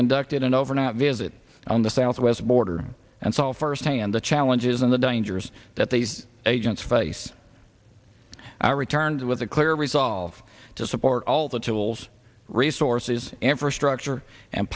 conducted an overnight visit on the southwest border and saw firsthand the challenges and the dangers that these agents face are returned with a clear resolve to support all the tools resources infrastructure and